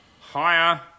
higher